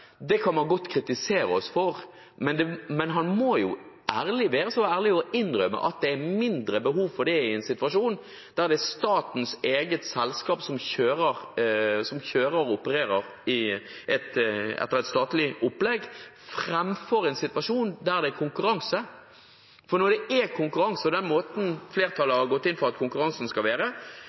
Det kan man godt kritisere oss for, men han må være så ærlig å innrømme at det er mindre behov for det i en situasjon der det er statens eget selskap som kjører og opererer etter et statlig opplegg, framfor en situasjon der det er konkurranse. For når det er konkurranse på den måten flertallet har gått inn for at konkurransen skal være